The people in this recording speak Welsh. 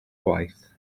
gwaith